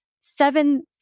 seven